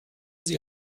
sie